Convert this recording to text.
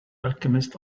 alchemist